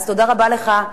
אז תודה רבה לך,